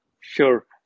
Sure